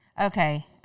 Okay